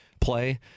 play